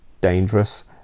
dangerous